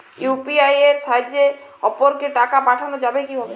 UPI এর সাহায্যে অপরকে টাকা পাঠানো যাবে কিভাবে?